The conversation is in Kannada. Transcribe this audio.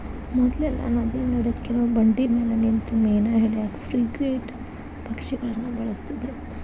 ಮೊದ್ಲೆಲ್ಲಾ ನದಿ ನಡಕ್ಕಿರೋ ಬಂಡಿಮ್ಯಾಲೆ ನಿಂತು ಮೇನಾ ಹಿಡ್ಯಾಕ ಫ್ರಿಗೇಟ್ ಪಕ್ಷಿಗಳನ್ನ ಬಳಸ್ತಿದ್ರು